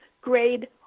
grade